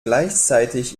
gleichzeitig